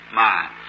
mind